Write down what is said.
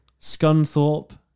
Scunthorpe